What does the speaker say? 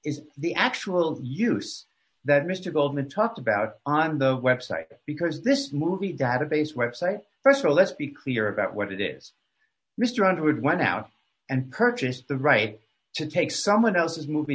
is the actual use that mr goldman talked about on the website because this movie database website st of all let's be clear about what it is mr edward went out and purchased the right to take someone else's movie